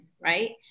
Right